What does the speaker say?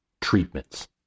treatments